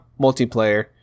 multiplayer